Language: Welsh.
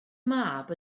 mab